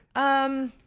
um,